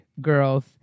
girls